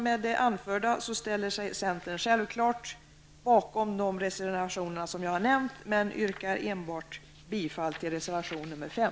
Med det anförda ställer sig centern självklart bakom de reservationer jag nämnt, men yrkar enbart bifall till reservation nr 5.